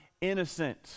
innocent